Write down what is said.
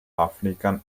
african